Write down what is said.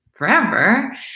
Forever